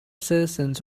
citizens